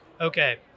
okay